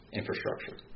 infrastructure